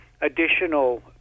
additional